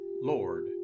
Lord